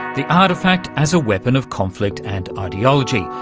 the artefact as a weapon of conflict and ideology,